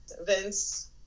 Vince